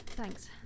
Thanks